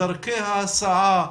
דרכי ההסעה,